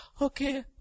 Okay